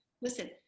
listen